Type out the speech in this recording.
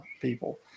people